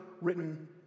written